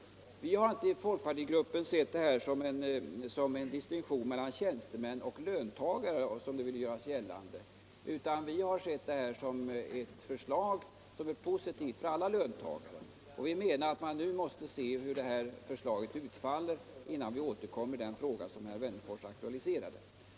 Vi har inte i folkpartigruppen sett detta som en distinktion mellan tjänstemän och löntagare, som det görs gällande, utan vi har sett detta som ett för alla löntagare positivt förslag. Vi menar att man nu måste se hur detta förslag utfaller innan vi återkommer med den fråga herr Wennerfors aktualiserat.